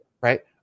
right